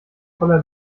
voller